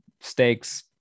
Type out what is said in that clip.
stakes